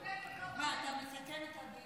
חמאס, רצח וטבח והתעלל וחטף את בני ובנות עמנו.